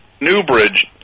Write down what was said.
Newbridge